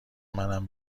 منم